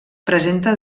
presenta